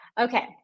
Okay